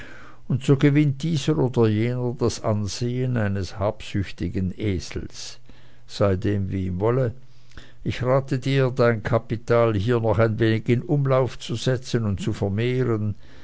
und so gewinnt dieser oder jener das ansehen eines habsüchtigen esels sei dem wie ihm wolle ich rate dir dein kapital hier noch ein wenig in umlauf zu setzen und zu vermehren